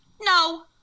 no